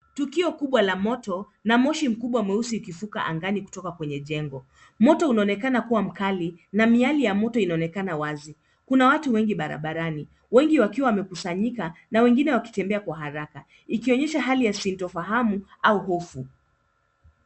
Tukio kubwa la moto na moshi mkubwa mweusi ukivuka kutoka kwenye jengo. Moto unaonekana kuwa mkali na miale ya moto inaonekana wazi. Kuna watu wengi barabarani, wengi wakiwa wamekusanyika na wengine wakitembea kwa haraka ikionyesha hali ya sinyofahamu au hofu.